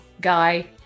guy